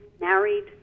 married